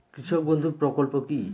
কৃষক বন্ধু প্রকল্প কি?